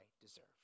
deserve